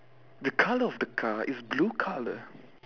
the colour of the car is blue colour